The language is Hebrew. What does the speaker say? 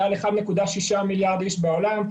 מעל 1.6 מיליארד איש בעולם,